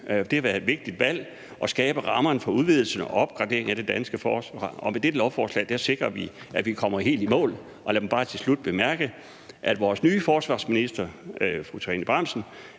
det har været et vigtigt valg – og skabe rammerne for udvidelsen og opgraderingen af det danske forsvar, og med dette lovforslag sikrer vi, at vi kommer helt i mål. Lad mig bare til slut bemærke, at vores nye forsvarsminister, fru Trine Bramsen,